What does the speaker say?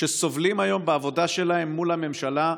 שסובלים היום בעבודה שלהם מול הממשלה.